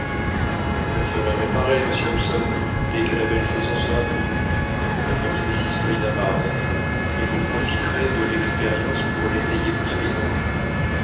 vous la ferez réparer monsieur hobson dès que la belle saison sera venue répondit mrs paulina barnett et vous profiterez de l'expérience pour l'étayer plus solidement